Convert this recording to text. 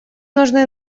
нужны